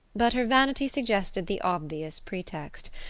but her vanity suggested the obvious pretext,